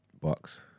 Bucks